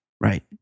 Right